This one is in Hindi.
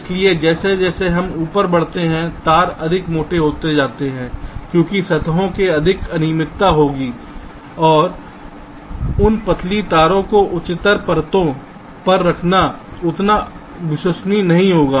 इसलिए जैसे जैसे हम ऊपर बढ़ते हैं तार अधिक मोटे होते जाते हैं क्योंकि सतहों में अधिक अनियमितता होगी और उन पतली तारों को उच्चतर परतों पर रखना उतना विश्वसनीय नहीं होगा